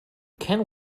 can